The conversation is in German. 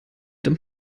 dem